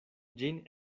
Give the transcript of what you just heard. ĝin